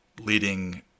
leading